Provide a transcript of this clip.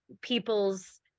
people's